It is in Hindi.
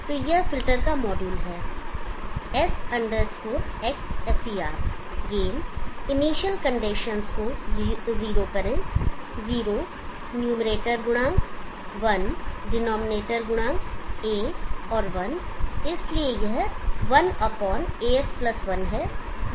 तो यह फिल्टर का मॉड्यूल है s xfer gain initial condition को जीरो करें जीरो न्यूमैरेटर गुणांक 1 डिनॉमिनेटर गुणांक a और 1 इसलिए यह 1 as 1 है